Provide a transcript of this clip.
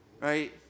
Right